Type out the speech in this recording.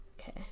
Okay